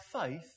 faith